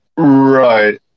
Right